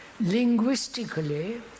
Linguistically